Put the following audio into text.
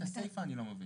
את הסיפא אני לא מבין,